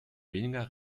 weniger